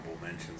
mentions